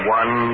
one